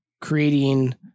creating